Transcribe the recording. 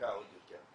התרחקה עוד יותר.